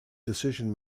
decision